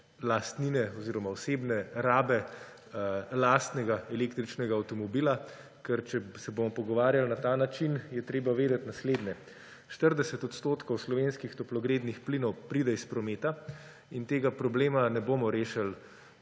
lastnine oziroma od osebne rabe lastnega električnega avtomobila, ker če se bomo pogovarjali na ta način, je treba vedeti naslednje. 40 odstotkov slovenskih toplogrednih plinov pride iz prometa in tega problema ne bomo rešili